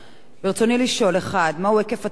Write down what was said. ברצוני לשאול: 1. מה הוא היקף התופעה?